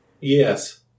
yes